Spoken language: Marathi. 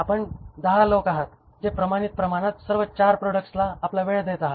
आपण 10 लोक आहात जे प्रमाणित प्रमाणात सर्व चार प्रॉडक्ट्सला आपला वेळ देत आहेत